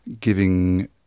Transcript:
giving